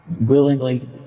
willingly